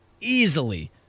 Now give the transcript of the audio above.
easily